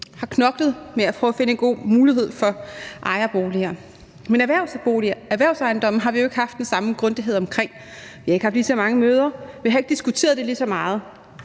har knoklet med at prøve på at finde en god mulighed for ejerboliger. Men erhvervsejendomme har vi jo ikke haft den samme grundighed omkring. Vi har ikke haft lige så mange møder. Vi har ikke diskuteret det lige så meget,